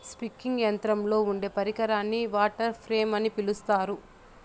spinning యంత్రంలో ఉండే పరికరాన్ని వాటర్ ఫ్రేమ్ అని పిలుత్తారు